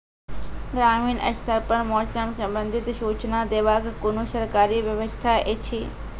ग्रामीण स्तर पर मौसम संबंधित सूचना देवाक कुनू सरकारी व्यवस्था ऐछि?